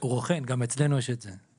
הוא רוכן, גם אצלנו יש את זה.